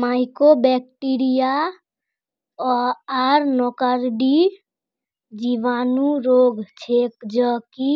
mycobacteriosis आर nocardiosis जीवाणु रोग छेक ज कि